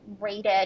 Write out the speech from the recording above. rated